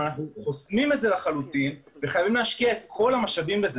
אנחנו חוסמים את זה לחלוטין וחייבים להשקיע את כל המשאבים בזה.